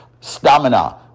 stamina